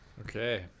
Okay